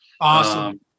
Awesome